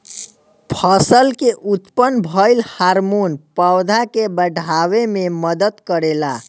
फसल में उत्पन्न भइल हार्मोन पौधा के बाढ़ावे में मदद करेला